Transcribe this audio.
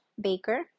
baker